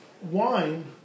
wine